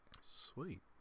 sweet